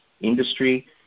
industry